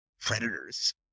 predators